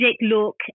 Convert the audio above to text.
look